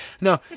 No